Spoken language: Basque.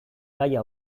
gaia